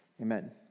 Amen